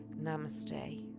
Namaste